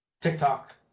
TikTok